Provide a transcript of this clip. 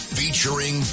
featuring